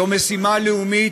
זו משימה לאומית.